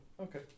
Okay